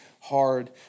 hard